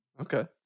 Okay